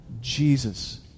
Jesus